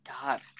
God